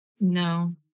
No